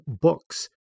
books